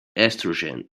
estrogen